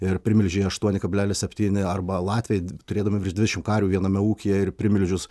ir primilžį aštuoni kablelis septyni arba latviai turėdami dvidešimt karvių viename ūkyje ir primilžius